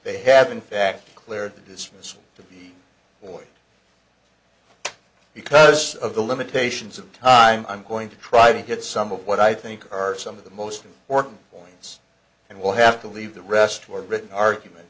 they have in fact cleared the dismissal the way because of the limitations of time i'm going to try to get some of what i think are some of the most important point and we'll have to leave the rest were written argument